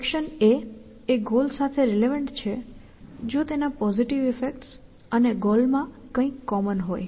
action A એ goal સાથે relevant છે જો તેના પોઝિટિવ ઈફેક્ટ્સ અને ગોલ માં કંઈક કોમન હોય